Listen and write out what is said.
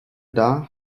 dar